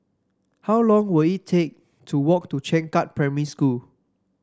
how long will it take to walk to Changkat Primary School